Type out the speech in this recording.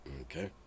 Okay